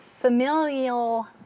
Familial